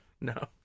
No